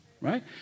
right